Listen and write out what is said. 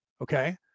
Okay